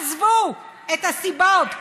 עזבו את הסיבות,